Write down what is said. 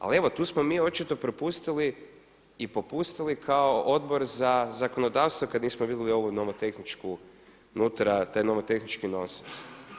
Ali evo tu smo mi očito propustili i popustili kao Odbor za zakonodavstvo kad nismo vidjeli ovu nomotehničku unutra, taj nomotehnički noses.